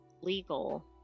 legal